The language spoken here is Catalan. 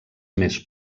més